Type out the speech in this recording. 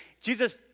Jesus